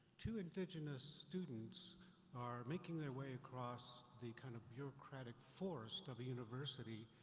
two indigenous students are making their way across the kind of bureaucratic forrest of a university.